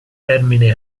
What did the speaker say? termine